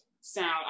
sound